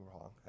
wrong